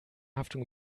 haftung